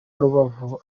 rubavu